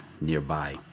nearby